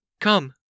Come